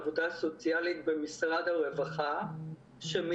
מעבר לאנשים שכבר